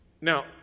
Now